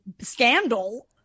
scandal